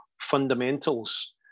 fundamentals